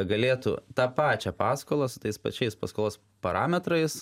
galėtų tą pačią paskolą su tais pačiais paskolos parametrais